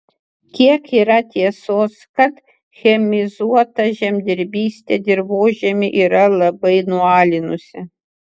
kiek yra tiesos kad chemizuota žemdirbystė dirvožemį yra labai nualinusi